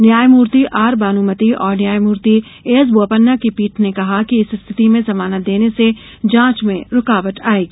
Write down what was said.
न्यायमूर्ति आर बानूमति औश्र न्यायमूर्ति एएस बोपन्ना की पीठ ने कहा कि इस स्थिति में जमानत देने से जांच में रूकावट आएगी